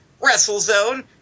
WrestleZone